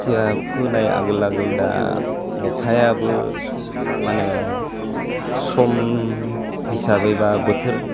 खोथिया फोनाय आगोल आगोल दा अखायाबो माने सम हिसाबैबा बोथोर